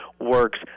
works